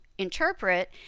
interpret